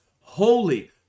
holy